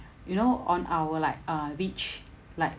you know on our like uh beach like